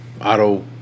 auto